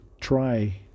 try